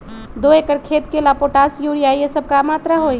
दो एकर खेत के ला पोटाश, यूरिया ये सब का मात्रा होई?